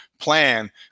plan